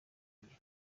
gihe